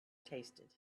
tasted